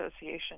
Association